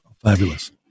Fabulous